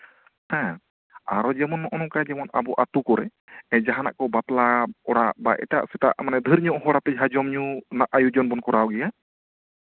ᱦᱮᱸ ᱟᱨᱚ ᱡᱮᱢᱚᱱ ᱱᱚᱜᱼᱚ ᱱᱚᱝᱠᱟ ᱟᱵᱚ ᱟᱹᱛᱩ ᱠᱚᱨᱮ ᱡᱟᱦᱟᱸᱱᱟᱜ ᱠᱚ ᱵᱟᱯᱞᱟ ᱚᱲᱟᱜ ᱵᱟ ᱮᱴᱟᱜᱼᱥᱮᱴᱟᱜ ᱠᱚᱨᱮ ᱢᱟᱱᱮ ᱡᱟᱦᱟᱸᱱᱟᱜ ᱰᱷᱟᱹᱨ ᱧᱚᱜ ᱦᱚᱲ ᱟᱛᱮ ᱡᱚᱢᱼᱧᱩ ᱨᱮᱭᱟᱜ ᱟᱭᱳᱡᱚᱱ ᱵᱚᱱ ᱠᱚᱨᱟᱣ ᱜᱮᱭᱟ